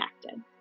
connected